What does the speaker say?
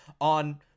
on